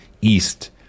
East